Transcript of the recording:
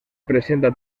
presenta